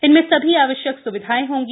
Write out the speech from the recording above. इनमें सभी आवश्यक स्विधाएं होंगी